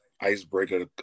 icebreaker